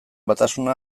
batasuna